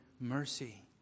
mercy